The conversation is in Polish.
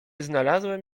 znalazłem